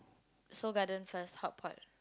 Seoul-Garden first hot pot